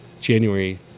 january